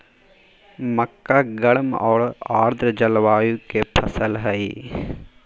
मक्का गर्म आर आर्द जलवायु के फसल हइ